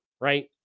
Right